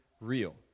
real